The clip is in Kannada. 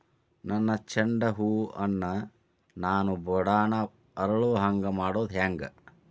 ನನ್ನ ಚಂಡ ಹೂ ಅನ್ನ ನಾನು ಬಡಾನ್ ಅರಳು ಹಾಂಗ ಮಾಡೋದು ಹ್ಯಾಂಗ್?